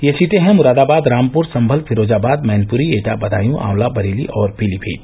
ये सीटें हैं मुरादाबाद रामपुर सम्मल फिरोजाबाद मैनपुरी एटा बदायूँ आंवला बरेली और पीलीमीत